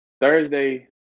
Thursday